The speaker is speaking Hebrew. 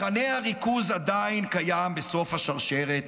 מחנה הריכוז עדיין קיים בסוף השרשרת,